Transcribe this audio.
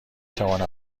توانم